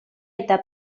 eta